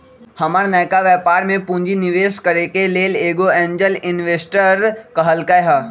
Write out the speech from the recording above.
हमर नयका व्यापर में पूंजी निवेश करेके लेल एगो एंजेल इंवेस्टर कहलकै ह